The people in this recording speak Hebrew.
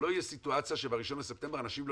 שלא תהיה סיטואציה שב-1 בספטמבר אנשים לא